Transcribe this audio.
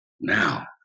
Now